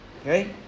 Okay